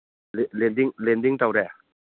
landing ꯇꯧꯔꯦ